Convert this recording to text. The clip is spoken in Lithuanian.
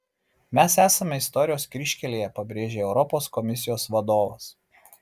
mes esame istorijos kryžkelėje pabrėžė europos komisijos vadovas